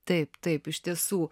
taip taip iš tiesų